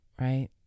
right